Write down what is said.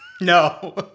No